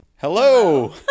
Hello